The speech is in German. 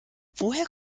woher